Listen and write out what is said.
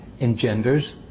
engenders